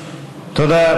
תודה.